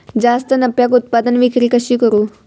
जास्त नफ्याक उत्पादन विक्री कशी करू?